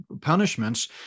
punishments